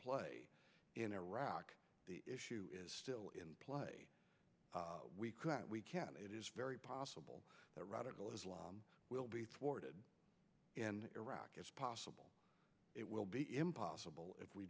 play in iraq the issue is still in play we can and it is very possible that radical islam will be thwarted in iraq it's possible it will be impossible if we